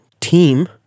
team